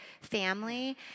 family